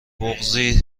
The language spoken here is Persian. بغضی